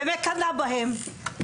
ומקנאה בכם.